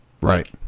Right